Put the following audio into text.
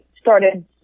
started